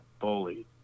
bullied